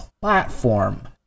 platform